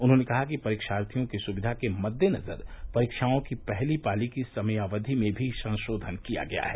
उन्होंने कहा कि परीक्षार्थियों की सुविधा के मद्देनज़र परीक्षाओं की पहली पाली की समयावधि में भी संशोधन किया गया है